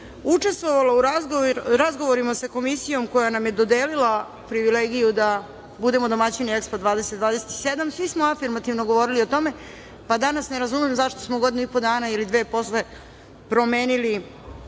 učestvovala u razgovorima sa Komisijom koja nam je dodelila privilegiju da budemo domaćini EKSPO 2027, svi smo afirmativno govorili o tome, pa danas ne razumem zašto smo godinu i po dana ili dve posle promenili